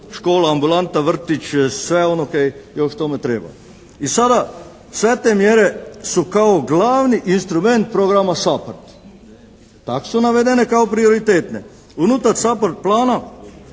škola, ambulanta, vrtić, sve ono kaj još tome treba. I sada sve te mjere su kao glavni instrument programa SAPHARD, tak su navedene kao prioritetne. Unutar SAPHARD plana